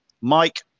Mike